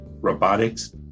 robotics